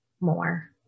more